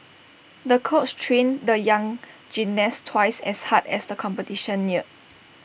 the coach trained the young gymnast twice as hard as the competition neared